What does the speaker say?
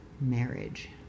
marriage